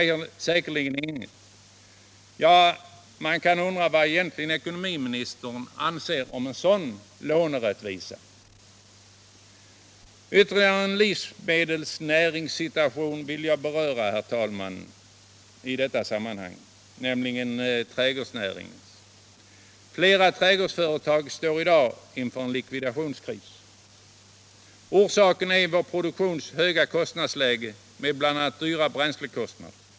Det är säkerligen inget. Man kan undra vad ekonomiministern egentligen anser om en sådan ”lånerättvisa”. Jag vill, herr talman, i detta sammanhang beröra ytterligare en livsmedelsnärings situation, nämligen trädgårdsnäringens. Flera trädgårdsföretag står i dag inför en likvidationskris. Orsaken är vår produktions höga kostnader, bl.a. stora bränslekostnader.